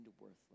worthless